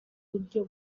buryo